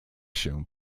się